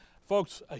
Folks